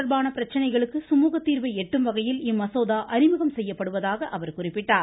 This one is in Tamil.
தொடர்பான பிரச்சனைகளுக்கு சுமூகத் தீர்வை எட்டும் வகையில் வரி இம்மசோதா அறிமுகம் செய்யப் படுவதாக அவர் குறிப்பிட்டார்